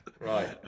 Right